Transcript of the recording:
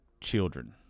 children